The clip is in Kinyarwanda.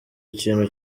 ikintu